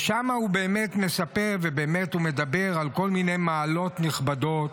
שם הוא באמת מספר והוא מדבר על כל מיני מעלות נכבדות,